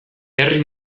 herri